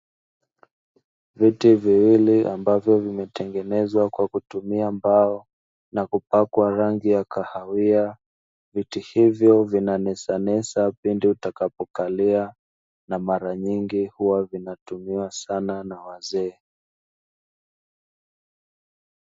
Viti viwili ambavyo vimetengenezwa kwa kutumia mbao na kupakwa rangi ya kahawia, viti hivyo vinanesanesa pindi utakapokalia na mara nyingi huwa vinatumiwa sana na wazee.